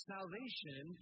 Salvation